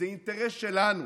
זה אינטרס שלנו.